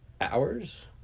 Hours